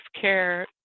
care